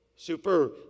Super